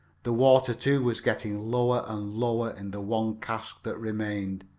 the water, too, was getting lower and lower in the one cask that remained,